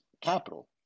capital